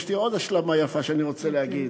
יש לי עוד השלמה יפה שאני רוצה להגיד: